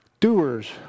doers